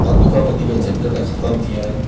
अध खां वधीक झंझट ख़तम थी विया आहिनि